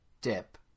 dip